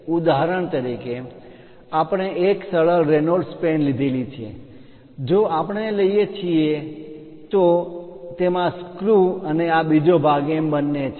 ઉદાહરણ તરીકે આપણે એક સરળ રેનોલ્ડ્સ પેન લીધી છે જો આપણે લઈએ છીએ તો તેમાં સ્ક્રૂ અને બીજો ભાગ એમ બંને છે